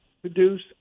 produce